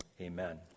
amen